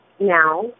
now